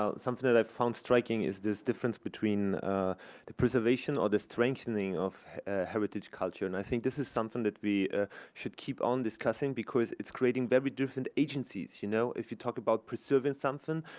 ah something that i found striking is this difference between the preservation or the strengthening of heritage culture, and i think this is something that we ah should keep on discussing because it's creating very different agencies. you know if you talk about preserving something,